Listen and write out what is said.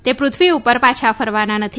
તે પૃથ્વી ઉપર પાછા ફરવાના નથી